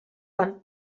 van